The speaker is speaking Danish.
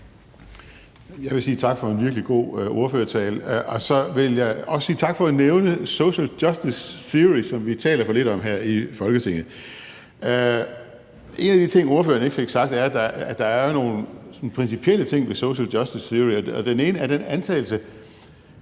Jeg vil sige tak for en virkelig god ordførertale, og så vil jeg også sige tak for at nævne social justice theory, som vi taler for lidt om her i Folketinget. En af de ting, ordføreren ikke fik sagt, er, at der jo er nogle principielle ting ved social justice theory, og den ene er den antagelse,